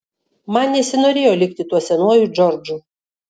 man nesinorėjo likti tuo senuoju džordžu